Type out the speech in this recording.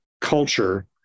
culture